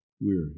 weary